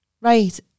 Right